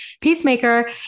Peacemaker